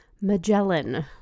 Magellan